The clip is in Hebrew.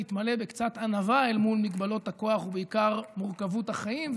בקצת ענווה אל מול מגבלות הכוח ובעיקר מול מורכבות החיים,